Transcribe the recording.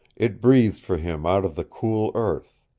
it breathed for him out of the cool earth.